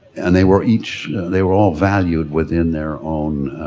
and they were each, they were all valued within their own